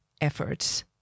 efforts